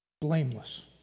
blameless